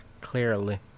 clearly